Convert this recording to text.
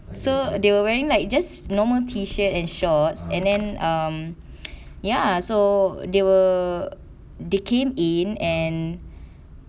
so they were wearing like just normal t-shirt and shorts and then um ya so they were they came in and